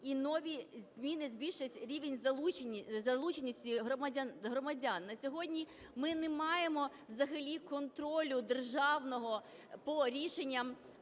і нові зміни збільшать рівень залученості громадян. На сьогодні ми не маємо взагалі контролю державного по рішенням,